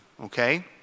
okay